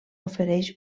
ofereix